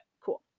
Cool